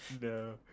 no